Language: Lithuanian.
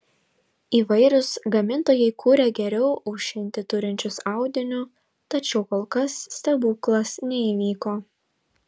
įvairūs gamintojai kuria geriau aušinti turinčius audiniu tačiau kol kas stebuklas neįvyko